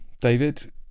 David